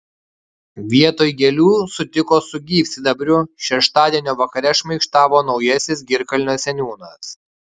vietoj gėlių sutiko su gyvsidabriu šeštadienio vakare šmaikštavo naujasis girkalnio seniūnas